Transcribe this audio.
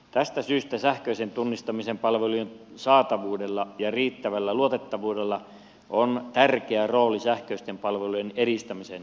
tästä syystä sähköisen tunnistamisen palvelujen saatavuudella ja riittävällä luotettavuudella on tärkeä rooli sähköisten palvelujen edistämisen kannalta